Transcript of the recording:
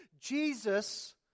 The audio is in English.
Jesus